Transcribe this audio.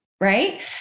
Right